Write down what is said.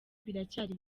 biracyari